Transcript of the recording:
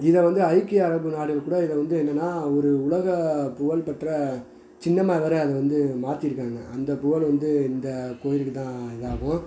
இதை வந்து ஐக்கிய அரபு நாடுகள் கூட இதை வந்து என்னென்னா ஒரு உலகப் புகழ் பெற்ற சின்னமாக வேறு அதை வந்து மாற்றிருக்காங்க அந்த புகழ் வந்து இந்த கோயிலுக்கு தான் இதாகும்